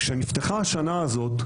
כשנפתחה השנה הזאת,